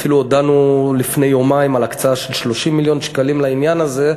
אפילו הודענו לפני יומיים על הקצאה של 30 מיליון שקלים לעניין הזה,